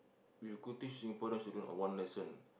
if you could teach Singaporean also on one lesson